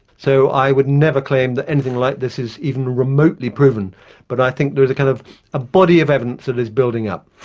so i would never claim that anything like this is even remotely proven but i think there is kind of a body of evidence that is building up.